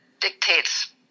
dictates